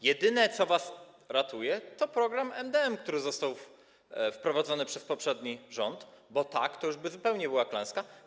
Jedyne co was ratuje, to program MdM, który został wprowadzony przez poprzedni rząd, bo tak, to już zupełnie byłaby klęska.